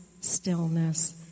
stillness